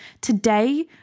today